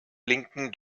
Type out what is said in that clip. linken